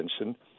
attention